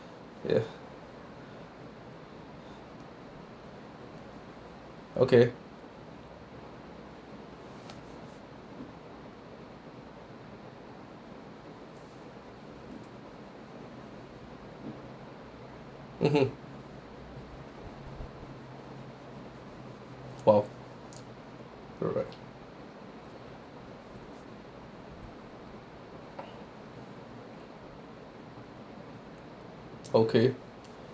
ya okay mmhmm !wow! alright okay